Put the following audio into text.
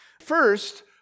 first